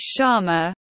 Sharma